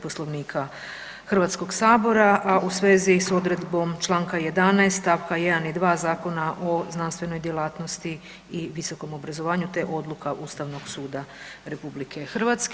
Poslovnika Hrvatskog sabora, a u svezi s odredbom Članka 11. stavka 1. i 2. Zakona o znanstvenoj djelatnosti i visokom obrazovanju te odluka Ustavnog suda RH.